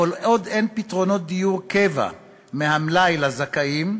כל עוד אין פתרונות דיור קבע מהמלאי לזכאים,